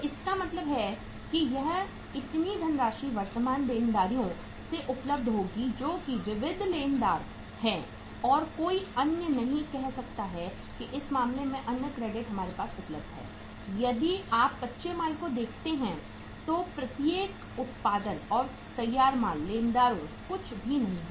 तो इसका मतलब है कि यह इतनी धनराशि वर्तमान देनदारियों से उपलब्ध होगी जो कि विविध लेनदार हैं और कोई अन्य नहीं कह सकता कि इस मामले में अन्य क्रेडिट हमारे पास उपलब्ध है यदि आप कच्चे माल को देखते हैं तो प्रत्येक उत्पादन तैयार माल लेनदारों कुछ भी नहीं है